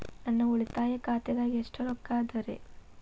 ನನ್ನ ಉಳಿತಾಯ ಖಾತಾದಾಗ ಎಷ್ಟ ರೊಕ್ಕ ಅದ ರೇ?